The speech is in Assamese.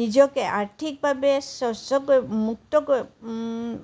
নিজকে আৰ্থিকভাৱে স্বচ্ছ কৰি মুক্ত কৰিব